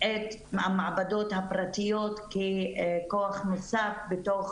את המעבדות הפרטיות ככוח נוסף בתוך